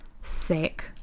Sick